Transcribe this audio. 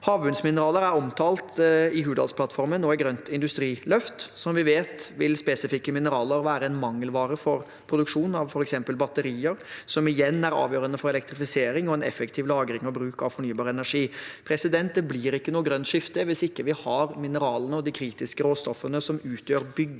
Havbunnsmineraler er omtalt i Hurdalsplattformen og i Grønt industriløft. Som vi vet, vil spesifikke mineraler være en mangelvare for produksjon av f.eks. batterier, som igjen er avgjørende for elektrifisering og en effektiv lagring og bruk av fornybar energi. Det blir ikke noe grønt skifte hvis vi ikke har mineralene og de kritiske råstoffene som utgjør